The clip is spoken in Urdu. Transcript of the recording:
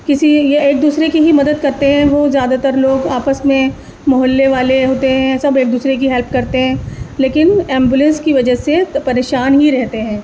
کسی یہ ایک دوسرے کی ہی مدد کرتے ہیں وہ زیادہ تر لوگ آپس میں محلے والے ہوتے ہیں سب ایک دوسرے کی ہیلپ کرتے ہیں لیکن ایمبولینس کی وجہ سے پریشان ہی رہتے ہیں